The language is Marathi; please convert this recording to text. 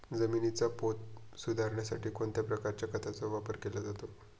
जमिनीचा पोत सुधारण्यासाठी कोणत्या प्रकारच्या खताचा वापर केला जातो?